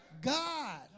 God